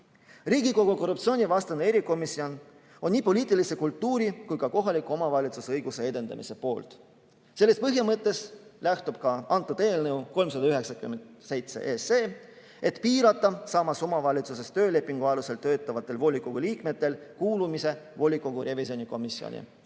Riigikogu korruptsioonivastane erikomisjon on nii poliitilise kultuuri kui ka kohaliku omavalitsuse õiguse edendamise poolt. Sellest põhimõttest lähtub ka eelnõu 397, et piirata samas omavalitsuses töölepingu alusel töötavate volikogu liikmete kuulumist volikogu revisjonikomisjoni.